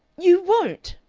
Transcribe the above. you won't!